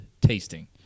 tasting